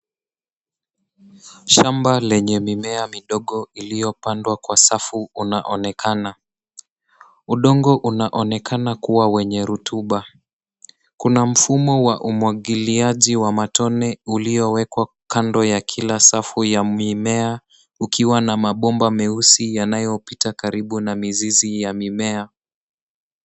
Shamba lenye mimea midogo iliyopandwa kwa safu unaoonekana. Udongo unaonekana kuwa wenye rutuba. Kuna mfumo wa umwagiliaji wa matone uliowekwa kando ya kila safu ya mimea ukiwa na mabomba meusi yanayopita karibu na mizizi ya mimea.